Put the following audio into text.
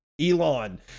Elon